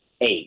eight